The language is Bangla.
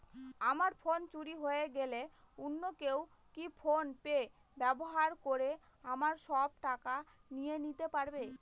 আমার ফোন চুরি হয়ে গেলে অন্য কেউ কি ফোন পে ব্যবহার করে আমার সব টাকা নিয়ে নিতে পারবে?